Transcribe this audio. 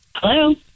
Hello